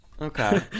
Okay